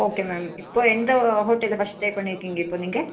okay ma'am இப்போ எந்த ஹோட்டலில் ஃபஸ்ட் ஸ்டே பண்ணியிருக்கிங்க இப்போ நீங்கள்